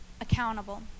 accountable